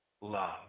love